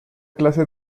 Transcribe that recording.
clase